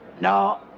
no